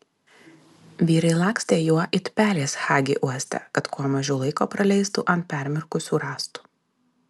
vyrai lakstė juo it pelės hagi uoste kad kuo mažiau laiko praleistų ant permirkusių rąstų